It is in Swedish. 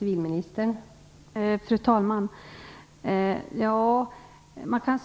Fru talman!